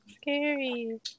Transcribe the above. scary